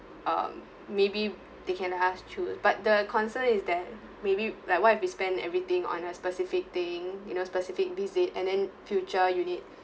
um maybe they can ask choose but the concern is that maybe like what if we spend everything on a specific thing you know specific visit and then future you need